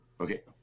okay